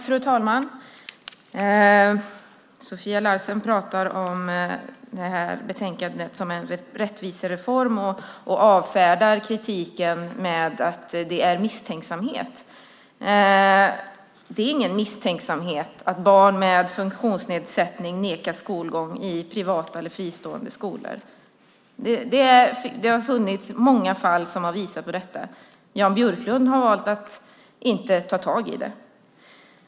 Fru talman! Sofia Larsen pratar om betänkandet som en rättvisereform och avfärdar kritiken som misstänksamhet. Det är ingen misstänksamhet att barn med funktionsnedsättning nekas skolgång i privata eller fristående skolor. Det har funnits många fall som har visat på detta. Jan Björklund har valt att inte ta tag i det.